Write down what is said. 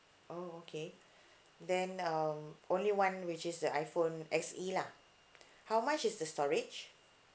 oh okay then um only one which is the iphone S_E lah how much is the storage